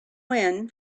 when